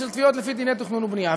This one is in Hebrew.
של תביעות לפי דיני תכנון ובנייה.